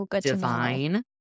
divine